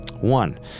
One